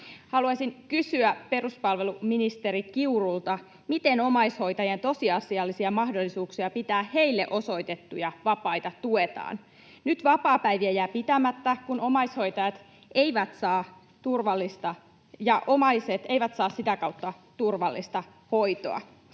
Haluaisin kysyä peruspalveluministeri Kiurulta: miten omaishoitajien tosiasiallisia mahdollisuuksia pitää heille osoitettuja vapaita tuetaan? Nyt vapaapäiviä jää pitämättä, ja omaiset eivät sitä kautta saa turvallista hoitoa.